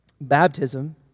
Baptism